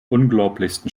unglaublichsten